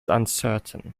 uncertain